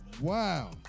Wow